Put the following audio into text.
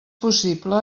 possible